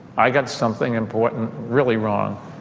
i got something important really wrong.